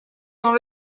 dans